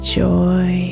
joy